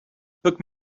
book